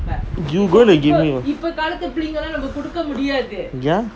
you gonna give me ya